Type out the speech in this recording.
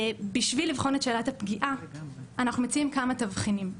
בשביל לבחון את שאלת הפגיעה אנחנו מציעים כמה תבחינים.